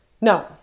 No